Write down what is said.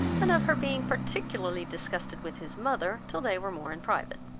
and of her being particularly disgusted with his mother, till they were more in private.